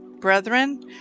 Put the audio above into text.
Brethren